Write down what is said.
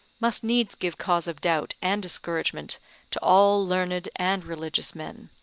must needs give cause of doubt and discouragement to all learned and religious men.